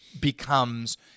becomes